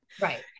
right